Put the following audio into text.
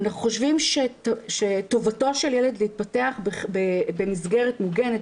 אנחנו חושבים שטובתו של הילד להתפתח במסגרת מוגנת,